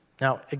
Now